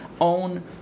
own